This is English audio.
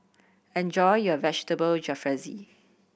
enjoy your Vegetable Jalfrezi